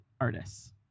artists